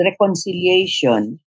reconciliation